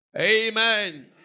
Amen